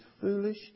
foolish